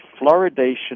fluoridation